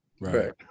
Right